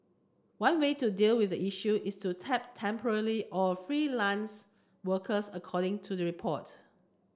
one way to deal with the issue is to tap temporary or freelance workers according to the report